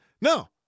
No